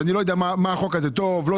ואני לא יודע אם החוק הזה הוא טוב אבל כרגע